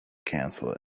cancel